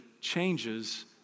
changes